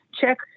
Check